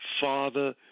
father